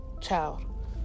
child